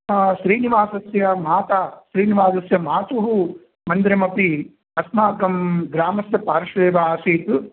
श्रीनिवासस्य माता श्रीनिवासस्य मातुः मन्दिरमपि अस्माकं ग्रामस्य पार्श्वे एव आसीत्